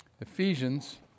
Ephesians